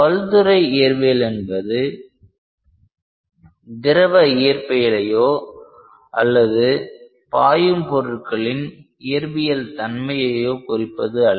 பல்துறை இயற்பியல் என்பது திரவ இயற்பியலையோ அல்லது பாயும் பொருட்களின் இயற்பியல் தன்மையையோ குறிப்பதல்ல அல்ல